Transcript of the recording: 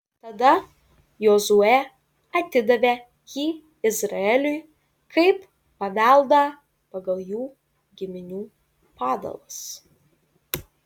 tada jozuė atidavė jį izraeliui kaip paveldą pagal jų giminių padalas